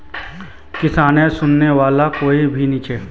किसानेर सुनने वाला कोई नी छ